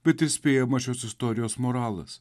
bet ir spėjamas šios istorijos moralas